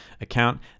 account